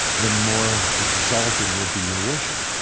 the more exalted will be your worship,